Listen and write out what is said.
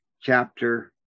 chapter